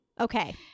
Okay